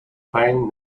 pain